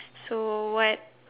so what